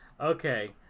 Okay